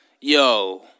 yo